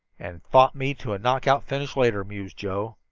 and fought me to a knockout finish later, mused joe.